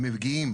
הם מגיעים,